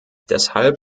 deshalb